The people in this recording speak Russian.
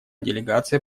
делегация